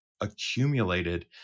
accumulated